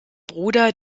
bruder